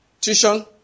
Tuition